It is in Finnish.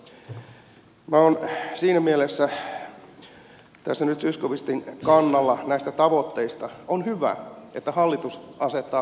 minä olen siinä mielessä tässä nyt zyskowiczin kannalla näistä tavoitteista että on hyvä että hallitus asettaa korkeat työllisyystavoitteet